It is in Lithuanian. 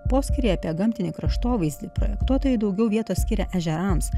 poskyrį apie gamtinį kraštovaizdį projektuotojai daugiau vietos skiria ežerams